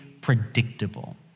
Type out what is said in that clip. predictable